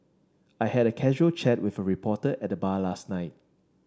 I had a casual chat with a reporter at the bar last night